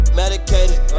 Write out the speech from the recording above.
medicated